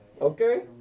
okay